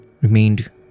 remained